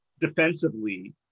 defensively